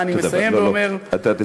אני מסיים ואומר, לא, אתה תסיים עכשיו.